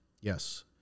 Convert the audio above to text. yes